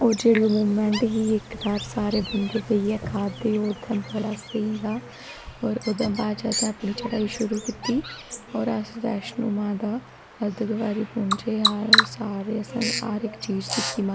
ते चोल बनिजंदे राजमाहं बनिजंदे मतलव मोंगरेआह्ला देहीं बनी जंदा कोई चटनी चुटनी बनी जंदी इत्थें नार दाने दी चटनी बड़ी चाहिदी अम्बे ता चार ते नारदाने दी चटनी